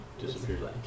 disappeared